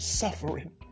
suffering